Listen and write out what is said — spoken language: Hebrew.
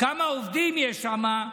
כמה עובדים יש שם,